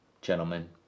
gentlemen